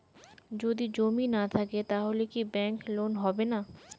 যদি জমি না থাকে তাহলে কি ব্যাংক লোন হবে না?